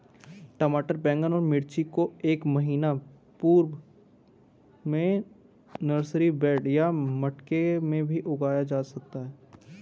टमाटर बैगन और मिर्ची को एक महीना पूर्व में नर्सरी बेड या मटके भी में उगाया जा सकता है